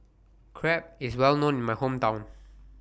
Crepe IS Well known in My Hometown